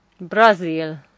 Brazil